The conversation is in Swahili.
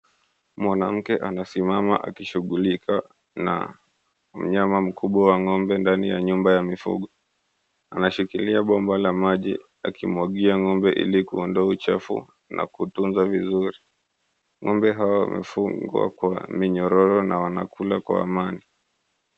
Mwanamke amesimama akishughulika na mnyama mkubwa ngombe ndani ya nyumba ya mifugo anashikilia bomba la maji aki mwagia ngombe ili kuondoa uchafu na kutunza vizuri ngombe hawa wamefungwa minyororo na wanakula kwa amani.